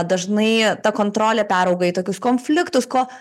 dažnai ta kontrolė perauga į tokius konfliktus ko